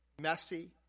messy